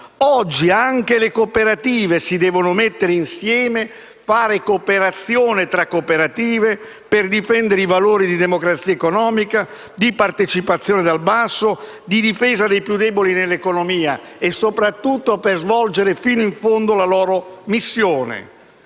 Oggi anche le cooperative si devono mettere insieme e fare cooperazione tra cooperative, per difendere i valori di democrazia economica, di partecipazione dal basso, di difesa dei più deboli nell'economia e, soprattutto, per svolgere fino in fondo la loro missione.